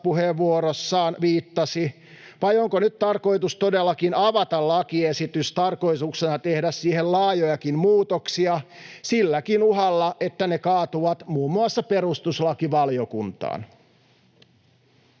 puheenvuorossaan viittasi, vai onko nyt tarkoitus todellakin avata lakiesitys tarkoituksena tehdä siihen laajojakin muutoksia silläkin uhalla, että ne kaatuvat muun muassa perustuslakivaliokuntaan.